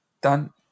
Dan